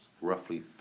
Roughly